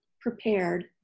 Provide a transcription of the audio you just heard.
prepared